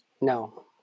No